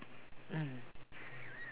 mm